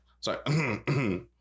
sorry